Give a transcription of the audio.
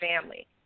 family